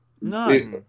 No